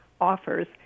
offers